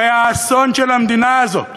הרי האסון של המדינה הזאת